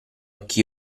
chi